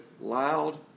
loud